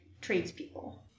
tradespeople